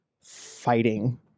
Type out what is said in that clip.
fighting